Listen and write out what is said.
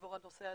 עבור הנושא הזה,